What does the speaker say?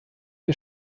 der